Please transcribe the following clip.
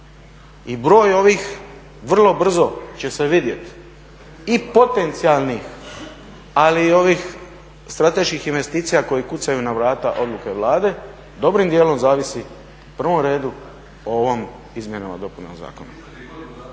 I broj ovih vrlo brzo će se vidjeti i potencijalnih ali i ovih strateških investicija koje kucaju na vrata odluke Vlade, dobrim dijelom zavisi u prvom redu o izmjenama i dopunama ovog